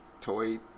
toy